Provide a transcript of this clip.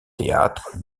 théâtre